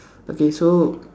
okay so